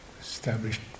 established